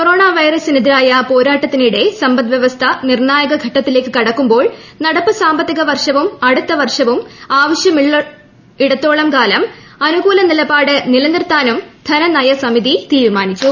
corona വൈറസിനെതിരായ പോരാട്ടത്തിനിടെ സമ്പദ് വ്യവസ്ഥ നിർണായക ഘട്ടത്തിലേക്ക് കടക്കുമ്പോൾ നടപ്പു സാമ്പത്തിക വർഷവും അടുത്ത വർഷവും ആവശ്യമുള്ളിടത്തോളം കാലം അനുകൂല നിലപാട് നിലനിർത്താനും ധനനയ സമിതി തീരുമാനിച്ചു